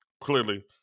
clearly